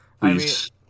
Please